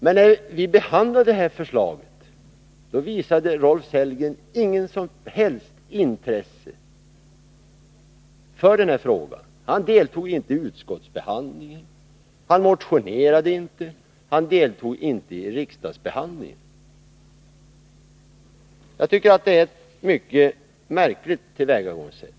Men när vi behandlade förslaget visade Rolf Sellgren inget som helst intresse Transportstöd för den här frågan. Han deltog inte i utskottsbehandlingen, han motionerade inte och han deltog inte heller i riksdagsbehandlingen. Jag tycker att detta är ett mycket märkligt tillvägagångssätt.